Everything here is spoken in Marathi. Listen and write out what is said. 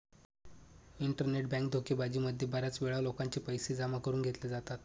इंटरनेट बँक धोकेबाजी मध्ये बऱ्याच वेळा लोकांचे पैसे जमा करून घेतले जातात